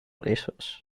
issues